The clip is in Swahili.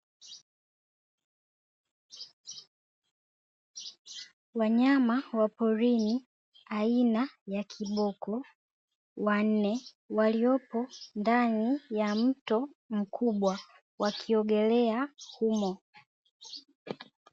Wanyama wa porini aina ya kiboko wanne, waliopo ndani ya mto mkubwa wakiogelea humo.